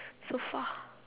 so far